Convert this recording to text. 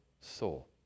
soul